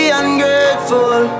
ungrateful